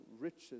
riches